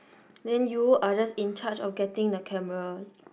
then you are just in charge of getting the camera